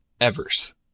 Evers